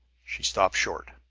she stopped short.